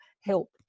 help